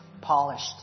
polished